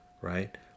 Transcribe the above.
right